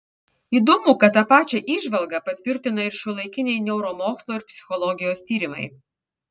įdomu kad tą pačią įžvalgą patvirtina ir šiuolaikiniai neuromokslo ir psichologijos tyrimai